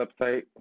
website